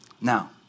Now